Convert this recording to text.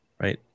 Right